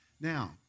Now